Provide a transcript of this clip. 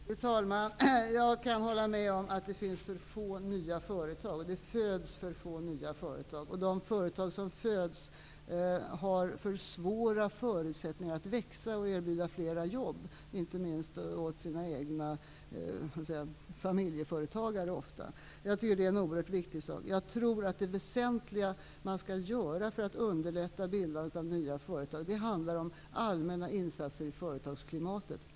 Fru talman! Jag kan hålla med om att det föds för få nya företag. De företag som föds har för svåra förutsättningar att växa och erbjuda fler jobb, inte minst åt egna familjeföretagare. Jag tycker att det är en oerhört viktig sak. Jag tror att det väsentliga man skall göra för att underlätta bildandet av nya företag är allmänna insatser för att förbättra företagsklimatet.